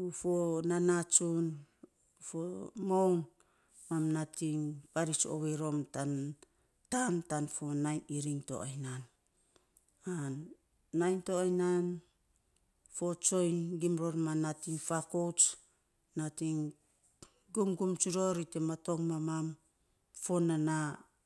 u fo nana tsun fo moun mam nating parits ovei rom tan, tan fo nainy iriny to ai nan. An nainy to ai nan, fo tsoiny gim ror ma nating fakouts ri nating gumgum tsun ror ri te matong mam fo mana.